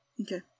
Okay